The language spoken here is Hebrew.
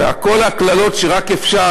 וכל הקללות שרק אפשר,